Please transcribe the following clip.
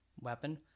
Weapon